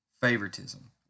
favoritism